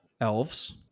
Elves